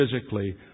physically